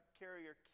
carrier